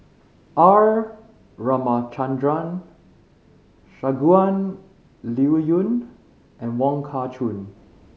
R Ramachandran Shangguan Liuyun and Wong Kah Chun